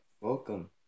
welcome